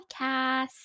Podcast